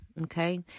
okay